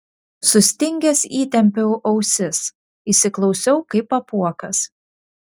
sustingęs įtempiau ausis įsiklausiau kaip apuokas